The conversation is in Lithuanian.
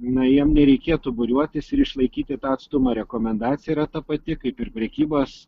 na jiem nereikėtų būriuotis ir išlaikyti tą atstumą rekomendacija yra ta pati kaip ir prekybos